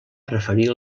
preferir